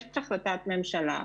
יש החלטת ממשלה.